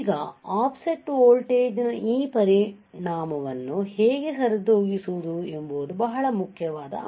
ಈಗ ಆಫ್ಸೆಟ್ ವೋಲ್ಟೇಜ್ನ ಈ ಪರಿಣಾಮವನ್ನು ಹೇಗೆ ಸರಿದೂಗಿಸುವುದು ಎಂಬುದು ಬಹಳ ಮುಖ್ಯವಾದ ಅಂಶ